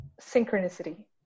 synchronicity